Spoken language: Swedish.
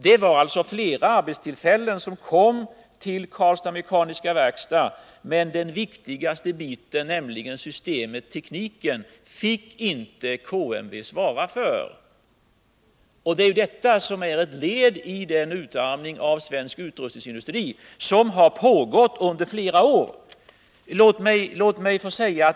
Vid Karlstads Mekaniska Werkstad skapades ett antal arbetstillfällen, men den viktigaste biten, nämligen systemet-tekniken fick inte KMW svara för. Denna politik är ett led i den utarmning av svensk utrustningsindustri som har pågått under flera år.